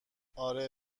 اره